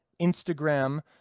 Instagram